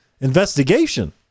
investigation